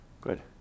Good